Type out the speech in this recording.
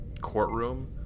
courtroom